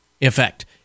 effect